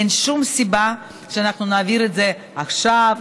אין שום סיבה שלא נעביר את זה עכשיו,